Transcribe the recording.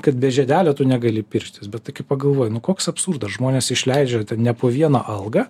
kad be žiedelio tu negali pirštis bet tai kai pagalvoji nu koks absurdas žmonės išleidžia ne po vieną algą